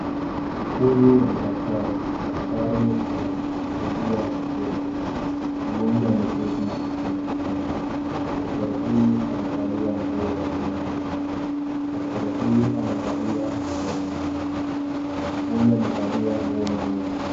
Huyu ni daktari. Daktari anamkagua mgonjwa. Mgonjwa ameketi kwenye kitanda. Daktari huyu amevalia nguo nyeupe. Daktari huyu amevalia miwani. Mgonjwa amevalia nguo nyeupe.